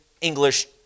English